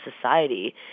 society